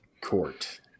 Court